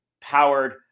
powered